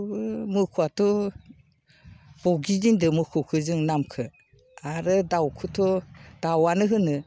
मोसौआथ' बगि दोनदों मोसौखौ जों नामखौ आरो दाउखौथ' दाउआनो होनो